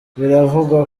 biravugwa